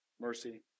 Mercy